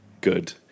good